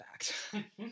fact